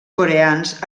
coreans